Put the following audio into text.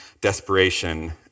desperation